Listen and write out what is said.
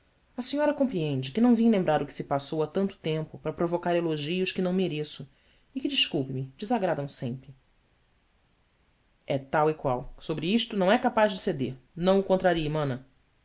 compreende que não vim lembrar o que se passou há tanto tempo para provocar elogios que não mereço e que desculpe me desagradam sempre é tal e qual sobre isto não é capaz de ceder não o contrarie mana